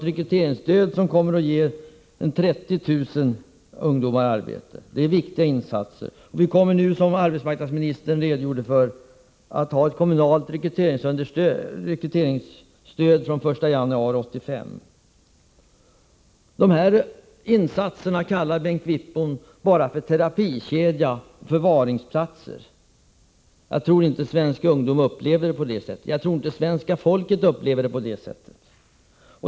Rekryteringsstödet kommer att ge cirka 30 000 ungdomar arbete. Det är viktiga insatser. Vi kommer nu, som arbetsmarknadsministern redogjorde för, att ha ett kommunalt rekryteringsstöd De här insatserna kallar Bengt Wittbom för terapikedja och förvaringsplatser. Jag tror inte att svensk ungdom och det svenska folket upplever saken på det sättet.